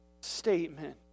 statement